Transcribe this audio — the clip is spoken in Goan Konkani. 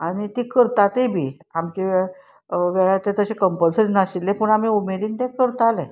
आनी ती करतातय बी आमचे वेळा वेळा ते तशें कंपलसरी नाशिल्लें पूण आमी उमेदीन तें करताले